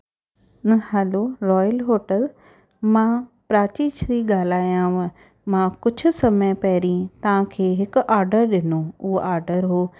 न hello royal hotel मां प्राची श्री ॻाल्हायांव मां कुझु समय पहिरीं तव्हांखे हिकु ऑडर ॾिनो उहो ऑडर हुओ